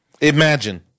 Imagine